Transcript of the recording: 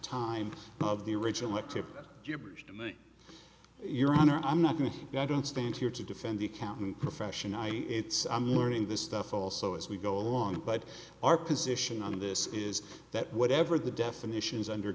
time of the original look to your honor i'm not going to i don't stand here to defend the accounting profession i e it's i'm learning this stuff also as we go along but our position on this is that whatever the definitions under